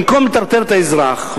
במקום לטרטר את האזרח,